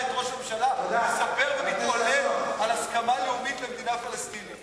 את ראש הממשלה מספר ומתהלל על הסכמה לאומית למדינה פלסטינית.